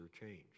change